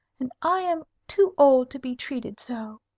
and i am too old to be treated so.